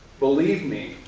believe me,